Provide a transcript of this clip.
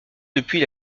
depuis